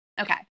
okay